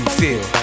feel